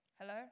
Hello